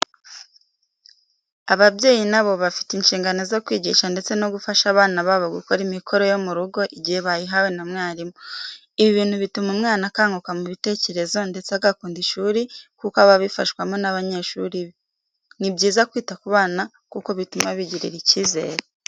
Ababyeyi na bo bafite inshingano zo kwigisha ndetse no gufasha abana babo gukora imikoro yo mu rugo igihe bayihawe na mwarimu. Ibi bintu bituma umwana akanguka mu bitekerezo ndetse agakunda ishuri kuko aba abifashwamo n'ababyeyi be. Ni byiza kwita ku bana kuko bituma bigirira icyizere.